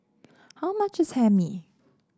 how much is Hae Mee